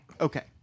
Okay